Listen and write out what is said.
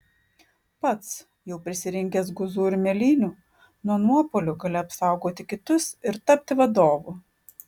pats jau prisirinkęs guzų ir mėlynių nuo nuopuolių gali apsaugoti kitus ir tapti vadovu